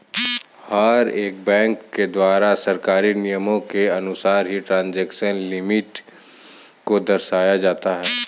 हर एक बैंक के द्वारा सरकारी नियमों के अनुसार ही ट्रांजेक्शन लिमिट को दर्शाया जाता है